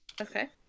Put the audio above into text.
Okay